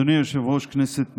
אדוני היושב-ראש, כנסת נכבדה,